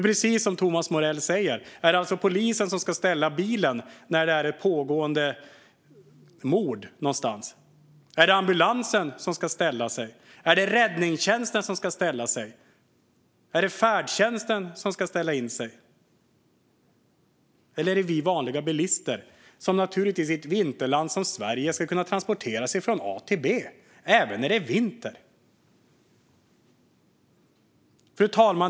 Precis som Thomas Morell säger: Ska polisen ställa bilen vid ett pågående mord någonstans? Ska ambulansen och räddningstjänsten ställa sig? Ska färdtjänsten ställa in? Eller gäller det oss vanliga bilister, som naturligtvis i ett vinterland som Sverige ska kunna transportera oss från A till B, även när det är vinter? Fru talman!